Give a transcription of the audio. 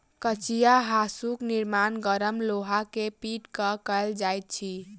कचिया हाँसूक निर्माण गरम लोहा के पीट क कयल जाइत अछि